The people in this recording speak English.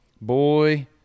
boy